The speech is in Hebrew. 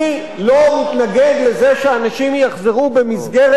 אני לא מתנגד לזה שאנשים יחזרו במסגרת